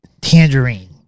Tangerine